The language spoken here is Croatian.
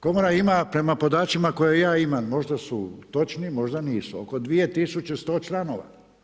Komora ima, prema podacima koje ja imam, možda su točni, možda nisu, oko 2100 članova.